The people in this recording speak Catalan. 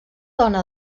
dona